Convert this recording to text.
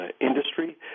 industry